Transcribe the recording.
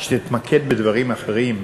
שתתמקד בדברים אחרים.